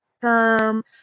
term